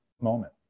moment